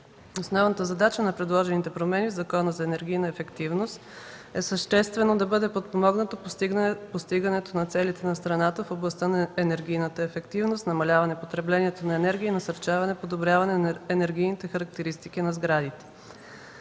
Основната задача на предложените промени в Закона за енергийната ефективност е съществено да бъде подпомогнато постигането на целите на страната в областта на енергийната ефективност, намаляване потреблението на енергия и насърчаване подобряването на енергийните характеристики на сградите.